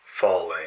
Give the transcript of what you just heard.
falling